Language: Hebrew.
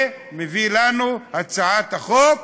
ומביא לנו הצעת חוק: